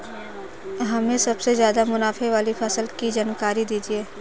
हमें सबसे ज़्यादा मुनाफे वाली फसल की जानकारी दीजिए